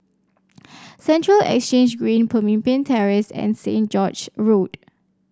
Central Exchange Green Pemimpin Terrace and St George's Road